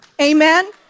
Amen